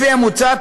לפי המוצע,